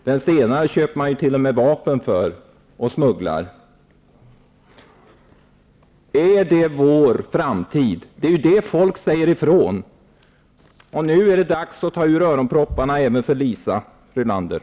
Den senare köper man t.o.m. vapen för, som man smugglar. Är det vår framtid? Det är detta människor säger ifrån om. Nu är det dags även för Liisa Rulander att ta ur öronpropparna.